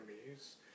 enemies